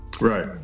Right